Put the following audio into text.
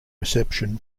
reception